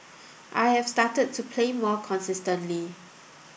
I've started to play more consistently